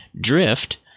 drift